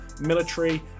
military